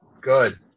good